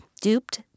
duped